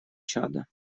чада